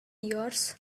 yours